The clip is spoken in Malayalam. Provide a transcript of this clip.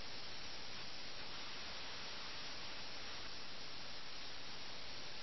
തുടർന്ന് അവിടെയും കൂടുതൽ സങ്കീർണ്ണതയുണ്ട്